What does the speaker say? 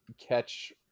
catch